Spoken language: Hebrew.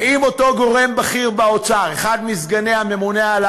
ואם אותו גורם בכיר באוצר, אחד מסגני הממונה על